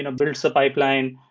and builds the pipeline.